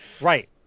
Right